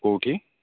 କୋଉଠି